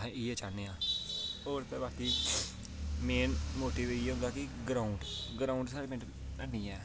ते अस इयै चाह्ने आं होर ते बाकी मेन मोटिव इयै होंदा की ग्राऊंड ते ग्राऊंड साढ़े कोल निं ऐ